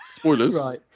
Spoilers